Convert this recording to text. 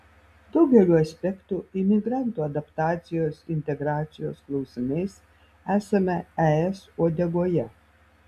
daugeliu aspektų imigrantų adaptacijos integracijos klausimais esame es uodegoje